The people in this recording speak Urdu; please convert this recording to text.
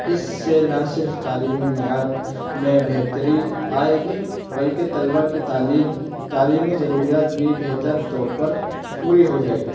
اس سے نہ صرف تعلیمی معیار میں بہتری آئے گی بلکہ طلبا کی تعلیم تعلیمی ضروریات بھی بہتر طور پر پوری ہو جائے گی